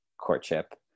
courtship